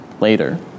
later